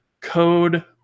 code